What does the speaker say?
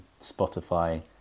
Spotify